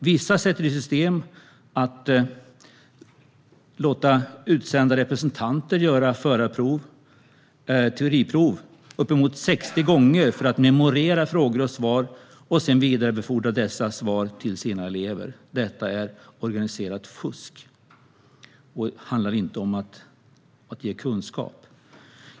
Vissa sätter i system att låta utsända representanter göra förarprov - teoriprov - uppemot 60 gånger för att memorera frågor och svar och sedan vidarebefordra svaren till sina elever. Detta är organiserat fusk och handlar inte om att ge kunskap.